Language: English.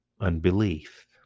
unbelief